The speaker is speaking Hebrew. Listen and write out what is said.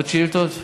עוד שאילתות?